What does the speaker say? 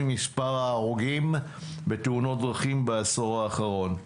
מספר ההרוגים בתאונות דרכים בעשור האחרון.